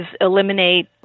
eliminate